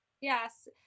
yes